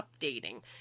updating